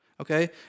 Okay